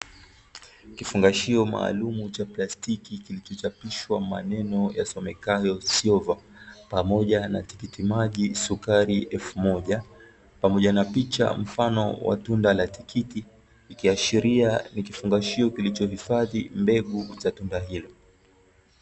Kifungashio maalumu cha plastiki, kilicho chapishwa maneno ya somekayo (Silver), pamoja na tikiti maji sukari elfu moja, pamoja na picha mfano wa tunda la tikiti, likiashiria ni kifungashio kilichohifadhi mbegu za tunda hilo.